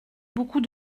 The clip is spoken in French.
beaucoup